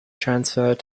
transferred